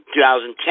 2010